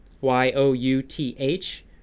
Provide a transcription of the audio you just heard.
Y-O-U-T-H